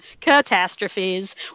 Catastrophes